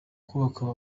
kubaka